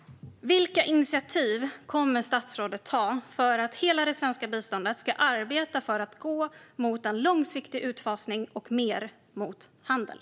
Vilka initiativ kommer statsrådet att ta för att hela det svenska biståndet ska arbeta för att gå mot en långsiktig utfasning och mer i riktning mot handel?